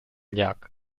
llac